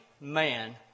man